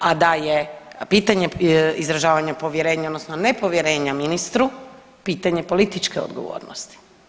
A da je pitanje izražavanja povjerenja odnosno nepovjerenja ministru pitanje političke odgovornosti.